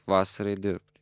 vasarai dirbti